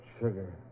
Sugar